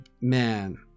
man